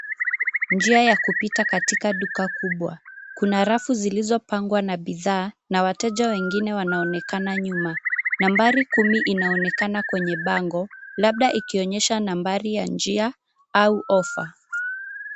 Njia ya kupita katika duka kubwa .Kuna rafu zilizopangwa na bidhaa na wateja wengine wanaonekana nyuma. Nambari kumi inaonekana kwenye bango labda ikionyesha nambari ya njia au ofa.